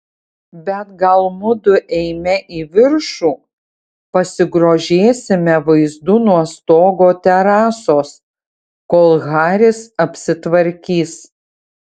bet gal mudu eime į viršų pasigrožėsime vaizdu nuo stogo terasos kol haris apsitvarkys